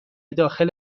داخل